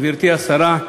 גברתי השרה,